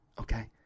okay